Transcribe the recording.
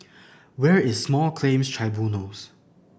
where is Small Claims Tribunals